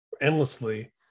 endlessly